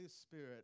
Spirit